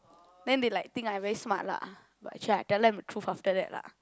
then they like think I very smart lah but actually I tell them the truth after that lah